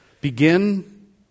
begin